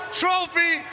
trophy